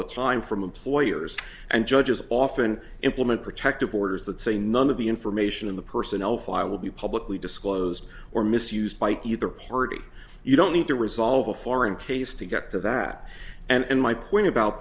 the time from employers and judges often implement protective orders that say none of the information in the personnel file will be publicly disclosed or misused by either party you don't need to resolve a foreign place to get to that and my point about